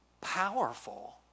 powerful